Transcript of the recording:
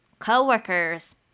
co-workers